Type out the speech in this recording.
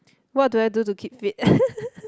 what do I do to keep fit